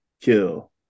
Kill